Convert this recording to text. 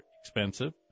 expensive